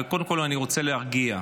קודם כול אני רוצה להרגיע,